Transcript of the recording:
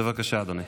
בבקשה, אדוני.